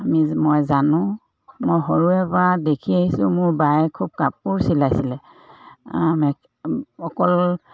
আমি মই জানো মই সৰুৰে পৰা দেখি আহিছোঁ মোৰ বায়ে খুব কাপোৰ চিলাইছিলে মেখ অকল